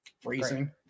Freezing